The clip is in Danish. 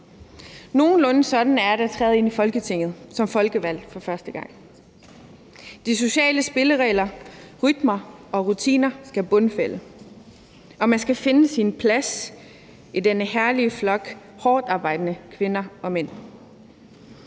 Nogenlunde sådan er det at træde ind i Folketinget som folkevalgt for første gang. De sociale spilleregler, rytmer og rutiner skal bundfælde sig, og man skal finde sin plads i denne herlige flok af hårdtarbejdende kvinder og mænd.